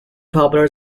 popular